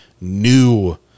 new